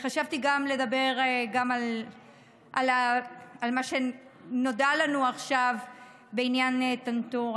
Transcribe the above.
חשבתי גם לדבר על מה שנודע לנו עכשיו בעניין טנטורה.